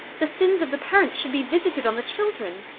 the sins of the parents should be visited on the children.